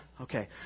okay